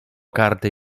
karty